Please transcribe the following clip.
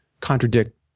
contradict